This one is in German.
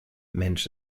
mensch